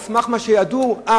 על סמך מה שידעו אז,